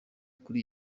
kuli